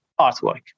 artwork